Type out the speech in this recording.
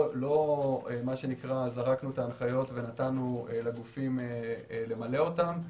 לא זרקנו את ההנחיות ונתנו לגופים למלא אותם.